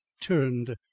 turned